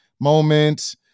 moment